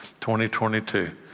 2022